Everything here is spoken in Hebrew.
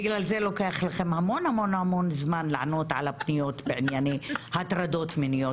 בגלל זה לוקח לכם המון זמן לענות על הפניות בענייני הטרדות מיניות,